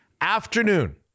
afternoon